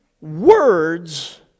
words